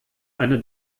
eine